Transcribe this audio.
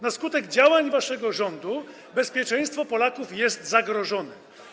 Na skutek działań waszego rządu bezpieczeństwo Polaków jest zagrożone.